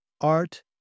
Art